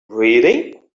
really